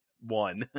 one